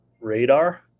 Radar